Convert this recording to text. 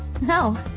No